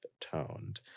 toned